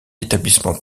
établissement